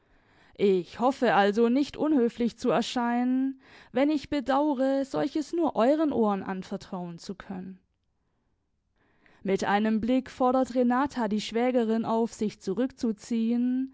ich hoffe also nicht unhöflich zu erscheinen wenn ich bedaure solches nur euren ohren anvertrauen zu können mit einem blick fordert renata die schwägerin auf sich zurückzuziehen